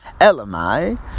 elamai